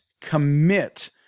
commit